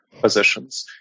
positions